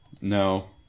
No